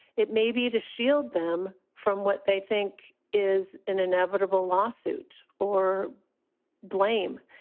it may be to shield them from what they think is an inevitable lawsuit or blame.